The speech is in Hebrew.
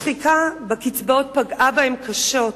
השחיקה בקצבאות פגעה בהם קשות.